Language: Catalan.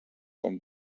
com